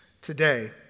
today